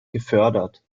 gefördert